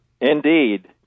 Indeed